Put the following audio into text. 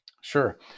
Sure